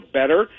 better